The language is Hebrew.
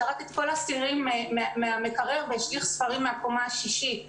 זרק את כל הסירים מהמקרר והשליך ספרים מהקומה השישית.